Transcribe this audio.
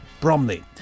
Bromley